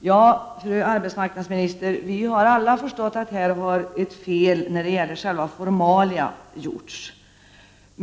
Fru talman! Vi har alla förstått, fru arbetsmarknadsminister, att det här har begåtts ett fel när det gäller själva formalia.